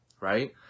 right